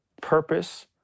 purpose